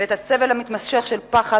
ואת הסבל המתמשך של פחד,